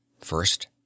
First